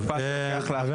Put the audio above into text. חבר